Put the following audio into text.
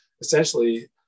essentially